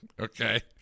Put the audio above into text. Okay